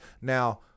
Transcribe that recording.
Now